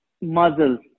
muscles